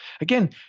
Again